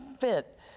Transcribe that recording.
fit